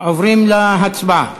עוברים להצבעה.